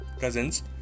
cousins